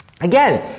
Again